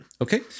Okay